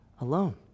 alone